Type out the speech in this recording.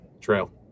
trail